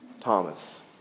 Thomas